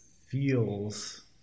feels